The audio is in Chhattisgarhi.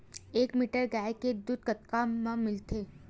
एक लीटर गाय के दुध कतका म मिलथे?